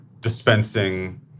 dispensing